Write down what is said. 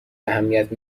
اهمیت